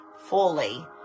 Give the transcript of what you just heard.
fully